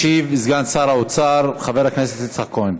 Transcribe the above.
ישיב סגן שר האוצר חבר הכנסת יצחק כהן.